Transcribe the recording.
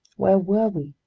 where were we?